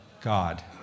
God